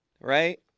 Right